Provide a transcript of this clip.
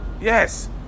Yes